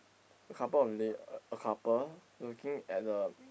couple of lay a couple looking at the